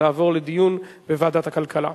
תעבור לדיון בוועדת הכלכלה.